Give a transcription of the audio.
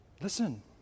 Listen